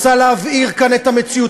רוצה להבעיר כאן את המציאות.